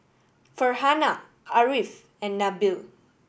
Farhanah Ariff and Nabil